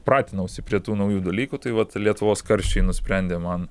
pratinausi prie tų naujų dalykų tai vat lietuvos karščiai nusprendė man